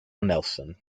nelson